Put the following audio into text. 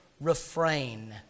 refrain